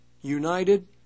united